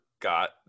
got